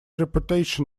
reputation